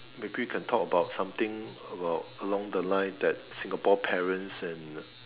maybe can talk about something about along the line that Singapore parents and